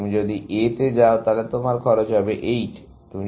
তুমি যদি A তে যাও তাহলে তোমার খরচ হবে 8